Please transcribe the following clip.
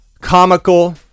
comical